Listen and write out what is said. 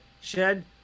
shed